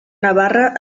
navarra